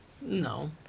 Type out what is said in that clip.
No